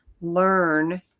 learn